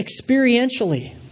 experientially